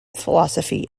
philosophy